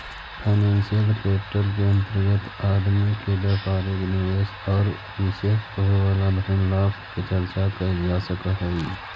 financial capital के अंतर्गत आदमी के व्यापारिक निवेश औउर उसे होवे वाला धन लाभ के चर्चा कैल जा सकऽ हई